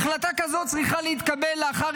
החלטה כזאת צריכה להתקבל לאחר